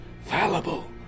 fallible